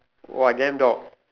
!wah! damn dog